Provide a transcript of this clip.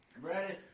ready